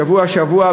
שבוע-שבוע,